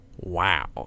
Wow